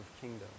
kingdom